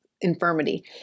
infirmity